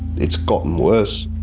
it's gotten worse.